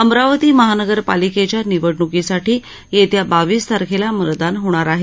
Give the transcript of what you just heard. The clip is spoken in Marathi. अमरावती महानगरपालिकेच्या निवडण्कीसाठी येत्या बावीस तारखेला मतदान होणार आहे